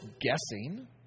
guessing